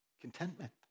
contentment